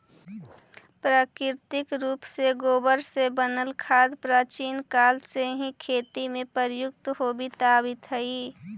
प्राकृतिक रूप से गोबर से बनल खाद प्राचीन काल से ही खेती में प्रयुक्त होवित आवित हई